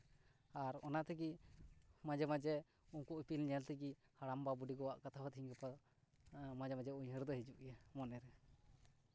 ᱟᱨ ᱚᱱᱟ ᱛᱮᱜᱮ ᱢᱟᱡᱷᱮᱼᱢᱟᱡᱷᱮ ᱩᱱᱠᱩ ᱤᱯᱤᱞ ᱧᱮᱞ ᱛᱮᱜᱮ ᱦᱟᱲᱟᱢᱵᱟ ᱵᱩᱰᱤᱜᱚᱣᱟᱜ ᱠᱟᱛᱷᱟ ᱦᱚᱸ ᱛᱮᱦᱮᱧ ᱜᱟᱯᱟ ᱢᱟᱡᱷᱮᱼᱢᱟᱡᱷᱮ ᱩᱭᱦᱟᱹᱨ ᱫᱚ ᱦᱤᱡᱩᱜ ᱜᱮᱭᱟ ᱢᱚᱱᱮᱨᱮ